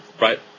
Right